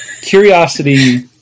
curiosity